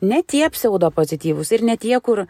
ne tie pseudopozityvūs ir ne tie kur